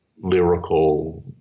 lyrical